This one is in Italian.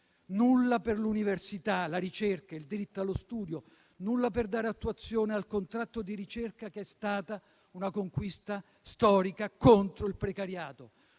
nulla per l'università, la ricerca e il diritto allo studio; nulla per dare attuazione al contratto di ricerca, che è stata una conquista storica contro il precariato.